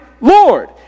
Lord